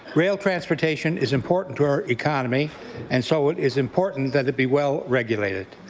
rail transportation is important to our economy and so it is important that it be well regulated.